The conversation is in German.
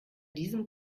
diesem